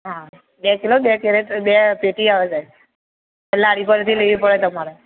હં બે કિલો બે કેરેટ બે પેટી આવે સાહેબ પેલાં લારી પરથી લેવી પડે તમારે